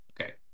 Okay